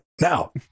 Now